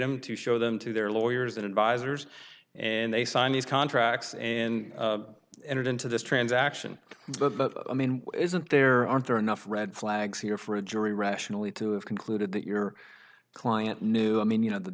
him to show them to their lawyers and advisers and they signed these contracts and entered into this transaction but i mean isn't there aren't there enough red flags here for a jury rationally to have concluded that your client knew i mean you know th